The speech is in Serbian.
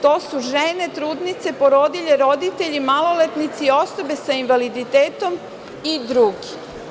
To su: žene trudnice, porodilje, roditelji, maloletnici, osobe sa invaliditetom i drugi.